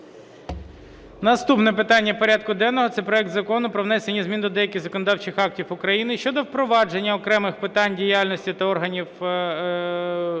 Наступне питання порядку денного – це проект Закону про внесення змін до деяких законодавчих актів України щодо впровадження окремих питань діяльності та організації